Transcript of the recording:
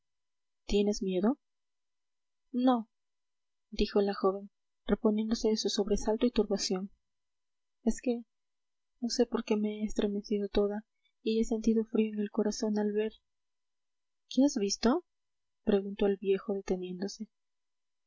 tienes miedo no dijo la joven reponiéndose de su sobresalto y turbación es que no sé por qué me he estremecido toda y he sentido frío en el corazón al ver qué has visto preguntó el viejo deteniéndose